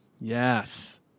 Yes